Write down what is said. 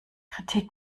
kritik